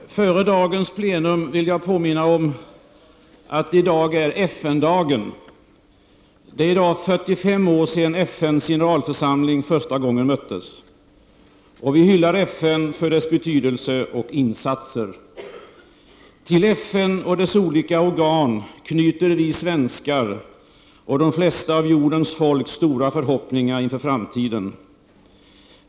Ärade kammarledamöter! Före dagens plenum vill jag påminna om att det i dag är FN-dagen. Det är i dag 45 år sedan FNs generalförsamling första gången möttes. Vi hyllar FN för dess betydelse och insatser. Till FN och dess olika organ knyter vi svenskar och de flesta av jordens folk stora förhoppningar inför framtiden.